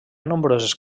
nombroses